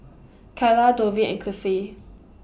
Kylah Dovie and Cliffie